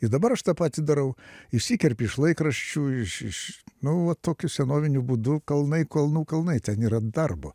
ir dabar aš tą patį darau išsikerpi iš laikraščių iš iš nu va tokiu senoviniu būdu kalnai kalnų kalnai ten yra darbo